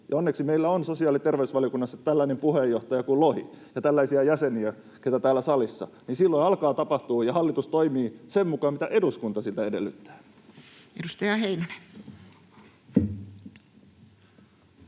Onneksi meillä on sosiaali- ja terveysvaliokunnassa tällainen puheenjohtaja kuin Lohi ja tällaisia jäseniä kuin täällä salissa. Silloin alkaa tapahtua, ja hallitus toimii sen mukaan kuin mitä eduskunta siltä edellyttää. Edustaja Heinonen.